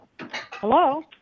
Hello